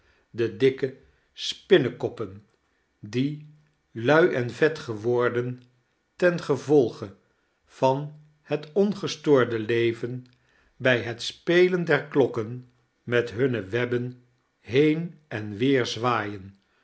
de dikke spimnekoppcn die lui en vet geworden tenkerstvertellingen gievcdge van het ongestoorde leven i bij het spetan dier klokken met hunne webben beein en weer zwaaien